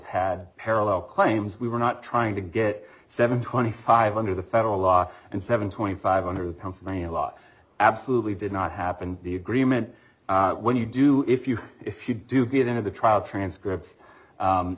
had parallel claims we were not trying to get seven twenty five under the federal law and seven twenty five hundred pennsylvania law absolutely did not happen the agreement when you do if you if you do get into the trial transcript